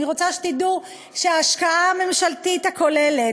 אני רוצה שתדעו שההשקעה הממשלתית הכוללת